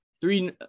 three